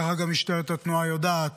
ככה גם משטרת התנועה יודעת,